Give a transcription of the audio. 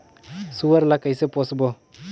सुअर ला कइसे पोसबो?